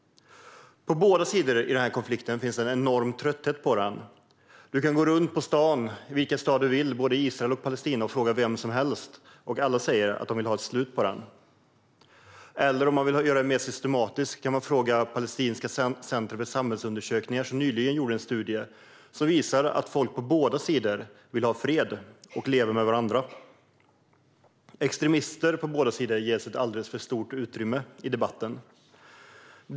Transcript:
På båda sidor finns en enorm trötthet på denna konflikt. Du kan gå runt på stan, i vilken stad du vill i Israel eller Palestina, och fråga vem som helst. Alla säger att de vill ha ett slut på den. Vill man göra det mer systematiskt kan man fråga det palestinska centret för samhällsundersökningar, som nyligen gjorde en studie som visar att folk på båda sidor vill ha fred och leva med varandra. Extremister på båda sidor ges ett alldeles för stort utrymme i debatten.